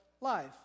life